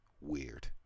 weird